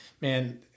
man